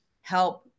help